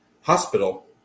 hospital